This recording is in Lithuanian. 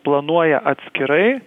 planuoja atskirai